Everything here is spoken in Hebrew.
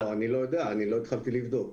אני לא יודע, עוד לא התחלתי לבדוק.